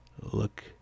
Look